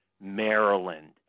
Maryland